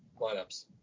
lineups